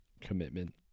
Commitment